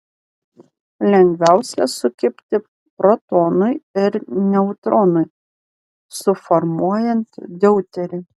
lengviausia sukibti protonui ir neutronui suformuojant deuterį